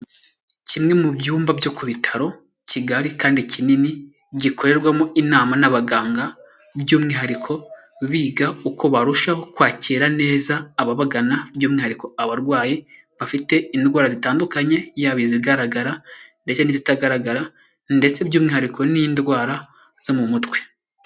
Kimwe mu byumba byo ku bitaro kigali kandi kinini gikorerwamo inama n'abaganga, by'umwihariko biga uko barushaho kwakira neza ababagana, by'umwihariko abarwayi bafite indwara zitandukanye, yaba izigaragara ndetse n'izitagaragara, ndetse by'umwihariko n'indwara zo mu mutwe.